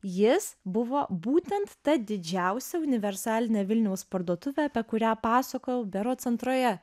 jis buvo būtent ta didžiausia universalinė vilniaus parduotuvė apie kurią pasakojau berods antroje